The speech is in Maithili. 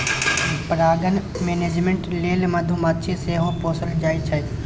परागण मेनेजमेन्ट लेल मधुमाछी सेहो पोसल जाइ छै